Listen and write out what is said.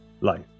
life